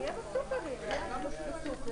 הישיבה ננעלה בשעה 13:55.